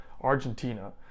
Argentina